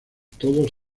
todas